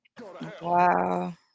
Wow